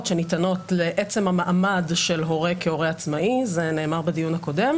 שניתנות בגין המעמד של הורה כעצמאי זה נאמר בדיון הקודם